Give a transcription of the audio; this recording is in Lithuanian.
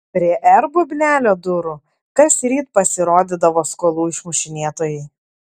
prie r bubnelio durų kasryt pasirodydavo skolų išmušinėtojai